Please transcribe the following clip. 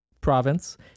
province